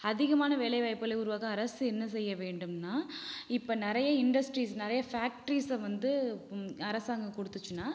அதிகமான வேலைவாய்ப்புகளை உருவாக்க அரசு என்ன செய்ய வேண்டும்னா இப்போ நிறைய இன்டஸ்ட்ரீஸ் நிறைய ஃபேக்ட்ரீஸை வந்து அரசாங்கம் கொடுத்துச்சுன்னா